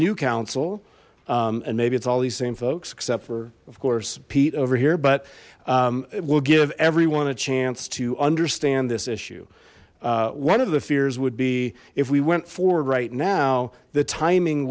new council and maybe it's all these same folks except for of course pete over here but we'll give everyone a chance to understand this issue one of the fears would be if we went forward right now the timing